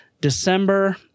December